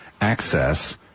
access